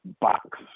box